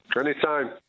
Anytime